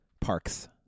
Parks